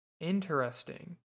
Interesting